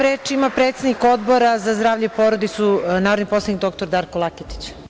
Reč ima predsednik Odbora za zdravlje i porodicu, narodni poslanik dr Darko Laketić.